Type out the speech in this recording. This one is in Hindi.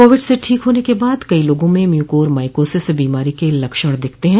कोविड से ठीक होने के बाद कई लोगों में म्यूकोरमाइकोसिस बीमारी के लक्षण दिखते है